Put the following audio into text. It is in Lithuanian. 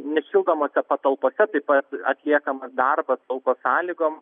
nešildomose patalpose taip pat atliekamas darbas lauko sąlygom